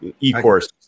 e-course